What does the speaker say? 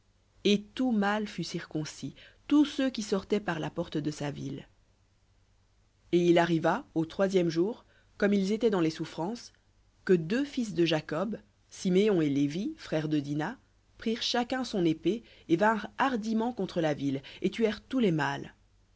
et tout mâle fut circoncis tous ceux qui sortaient par la porte de sa ville et il arriva au troisième jour comme ils étaient dans les souffrances que deux fils de jacob siméon et lévi frères de dina prirent chacun son épée et vinrent hardiment contre la ville et tuèrent tous les mâles